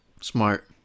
Smart